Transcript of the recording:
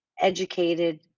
educated